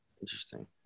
Interesting